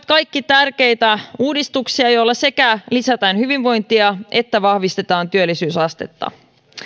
kaikki tärkeitä uudistuksia joilla sekä lisätään hyvinvointia että vahvistetaan työllisyysastetta